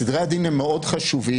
סדרי הדין הם מאוד חשובים,